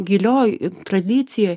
gilioj tradicijoj